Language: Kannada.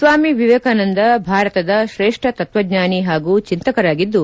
ಸ್ವಾಮಿ ವೇಕಾನಂದ ಭಾರತದ ತ್ರೇಷ್ನ ತತ್ತಚ್ಚಾನಿ ಹಾಗೂ ಚಿಂತಕರಾಗಿದ್ದು